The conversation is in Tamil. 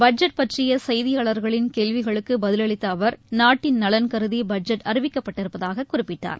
பட்ஜெட் பற்றிய செய்தியாளர்களின் கேள்விகளுக்கு பதிலளித்த அவர் நாட்டின் நலன்கருதி பட்ஜெட் அறிவிக்கப்பட்டிருப்பதாக குறிப்பிட்டார்